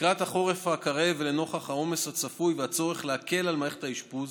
לקראת החורף הקרב ולנוכח העומס הצפוי והצורך להקל על מערכת האשפוז,